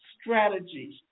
strategies